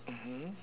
mmhmm